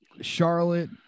Charlotte